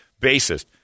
bassist